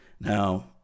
Now